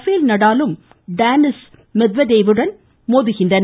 பேல் நடாலும் Daniil Medvedev ம் மோதுகின்றனர்